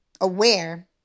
aware